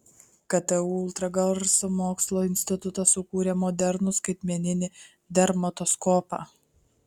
ktu ultragarso mokslo institutas sukūrė modernų skaitmeninį dermatoskopą